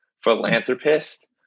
philanthropist